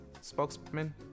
spokesman